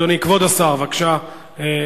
כבוד השר, בבקשה,